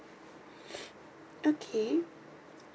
okay